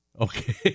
Okay